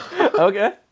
Okay